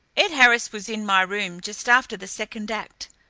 ed harris was in my room just after the second act,